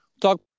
talk